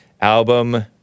album